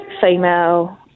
female